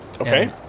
Okay